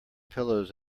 pillows